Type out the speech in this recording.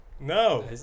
No